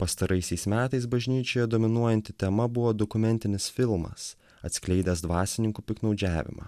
pastaraisiais metais bažnyčioje dominuojanti tema buvo dokumentinis filmas atskleidęs dvasininkų piktnaudžiavimą